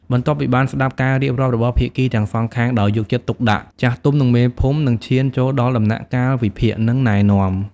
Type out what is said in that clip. បន្ទាប់ពីបានស្តាប់ការរៀបរាប់របស់ភាគីទាំងសងខាងដោយយកចិត្តទុកដាក់ ចាស់ទុំ និងមេភូមិ នឹងឈានចូលដល់ដំណាក់កាលវិភាគ និងណែនាំ។